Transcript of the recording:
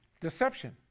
Deception